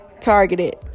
targeted